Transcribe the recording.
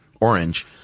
orange